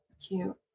cute